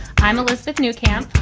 i'm melissa with new camp.